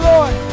Lord